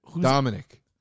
Dominic